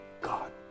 God